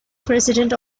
president